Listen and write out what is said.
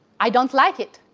i don't like it,